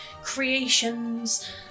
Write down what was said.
creations